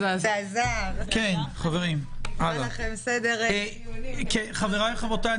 איך שי ניצן היה אומר לי תמיד זה נראה